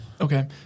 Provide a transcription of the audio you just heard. okay